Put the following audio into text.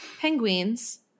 penguins